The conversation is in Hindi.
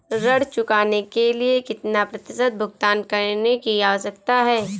ऋण चुकाने के लिए कितना प्रतिशत भुगतान करने की आवश्यकता है?